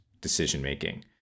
decision-making